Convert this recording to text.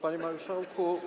Panie Marszałku!